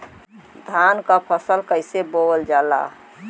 धान क फसल कईसे बोवल जाला?